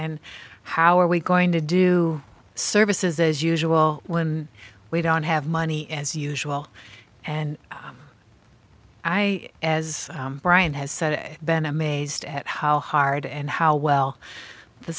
and how are we going to do services as usual when we don't have money as usual and i as brian has said been amazed at how hard and how well the